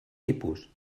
tipus